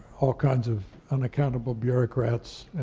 all kinds of unaccountable bureaucrats. and,